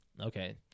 Okay